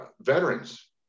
veterans